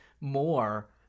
more